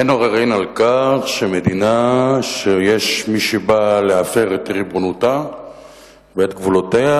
אין עוררין על כך שמדינה שיש מי שבא להפר את ריבונותה ואת גבולותיה,